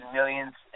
millions